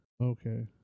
Okay